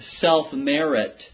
self-merit